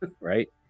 right